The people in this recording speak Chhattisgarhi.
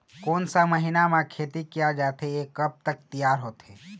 कोन सा महीना मा खेती किया जाथे ये कब तक तियार होथे?